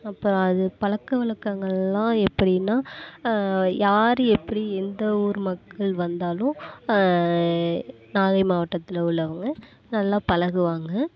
அப்புறம் அது பழக்கவழக்கங்கள்லாம் எப்படின்னா யார் எப்படி எந்த ஊர் மக்கள் வந்தாலும் நாகை மாவட்டத்தில் உள்ளவங்க நல்லா பழகுவாங்க